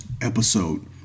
episode